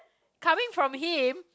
coming from him